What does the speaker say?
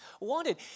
wanted